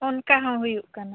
ᱚᱱᱠᱟ ᱦᱚᱸ ᱦᱩᱭᱩᱜ ᱠᱟᱱᱟ